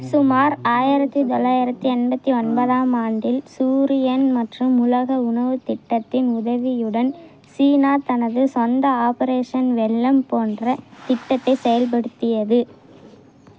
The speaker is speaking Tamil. சுமார் ஆயிரத்து தொள்ளாயிரத்து எண்பத்து ஒன்பதாம் ஆண்டில் சூரியன் மற்றும் உலக உணவு திட்டத்தின் உதவியுடன் சீனா தனது சொந்த ஆப்பரேஷன் வெள்ளம் போன்ற திட்டத்தை செயல்படுத்தியது